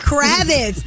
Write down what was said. Kravitz